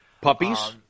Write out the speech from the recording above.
Puppies